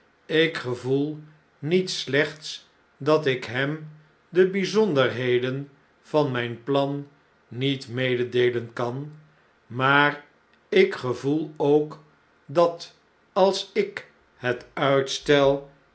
ik gevoel niet slechts dat ik hem de bijzonderheden van mijn plan niet mededeelen kan maar ik gevoel ook dat als ik het uitstel